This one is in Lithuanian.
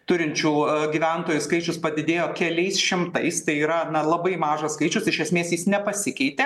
turinčių gyventojų skaičius padidėjo keliais šimtais tai yra labai mažas skaičius iš esmės jis nepasikeitė